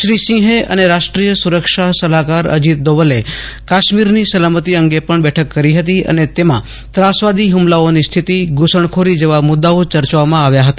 શ્રી સિંહે અને રાષ્ટ્રીય સુરક્ષા સલાહકાર અજીત દોવલે કાશ્મીરની સલામતી અંગે પણ બેઠક કરી હતી અને તેમાં ત્રાસવાદી હુમલાઓની સ્થિતિ ઘૂસણખોરી જેવા મુદ્દાઓ ચર્ચવામાં આવ્યા હતા